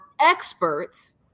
experts